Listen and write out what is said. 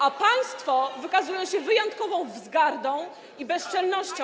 A państwo wykazują się wyjątkową wzgardą i bezczelnością.